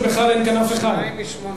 שבכלל אין כאן אף אחד מהן,